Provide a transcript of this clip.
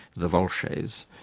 the volsces.